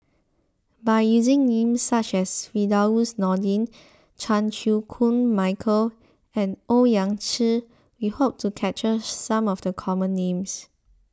by using names such as Firdaus Nordin Chan Chew Koon Michael and Owyang Chi we hope to capture some of the common names